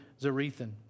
Zarethan